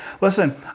Listen